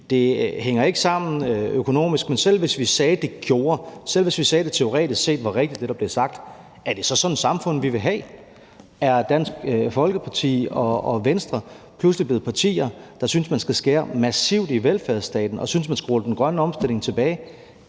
Det hænger ikke sammen økonomisk. Men selv hvis vi sagde, det gjorde, selv hvis vi sagde, det teoretisk set var rigtigt – det, der blev sagt – er det så sådan et samfund, vi vil have? Er Dansk Folkeparti og Venstre pludselig blevet partier, der synes, at man skal skære massivt i velfærdsstaten, og synes, man skal rulle den grønne omstilling tilbage?